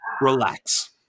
relax